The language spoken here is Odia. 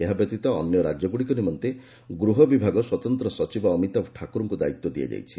ଏହାବ୍ୟତୀତ ଅନ୍ୟ ରାଜ୍ୟଗୁଡ଼ିକ ନିମନ୍ତେ ଗୃହ ବିଭାଗ ସ୍ୱତନ୍ତ ସଚିବ ଅମିତାଭ୍ ଠାକୁରଙ୍କୁ ଦାୟିତ୍ୱ ଦିଆଯାଇଛି